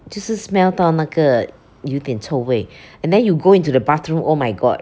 就是 smell 到那个有一点臭味 and then you go into the bathroom oh my god